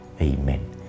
Amen